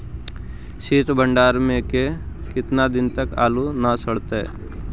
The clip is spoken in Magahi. सित भंडार में के केतना दिन तक आलू न सड़तै?